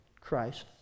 Christ